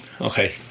okay